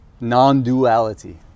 non-duality